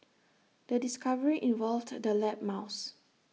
the discovery involved the lab mouse